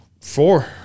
Four